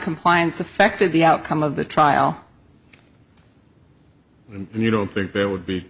compliance affected the outcome of the trial you don't think there would be